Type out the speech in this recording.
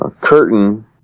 curtain